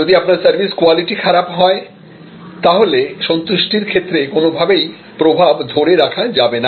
যদি আপনার service quality খারাপ হয় তাহলে সন্তুষ্টির ক্ষেত্রে কোনোভাবেই প্রভাব ধরে রাখা যাবে না